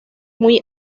muy